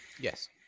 yes